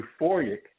euphoric